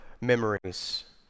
memories